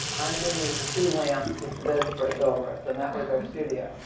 underneath two lamps with the bedspreads over us, and that was our studio.